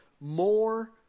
more